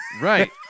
Right